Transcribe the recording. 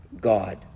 God